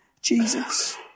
Jesus